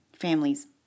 Families